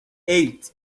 eight